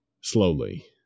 slowly